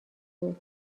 بود